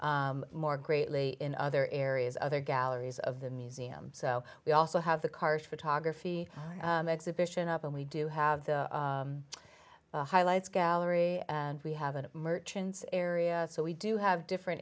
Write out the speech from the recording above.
upon more greatly in other areas other galleries of the museum so we also have the car photography exhibition up and we do have the highlights gallery and we have an merchants area so we do have different